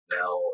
now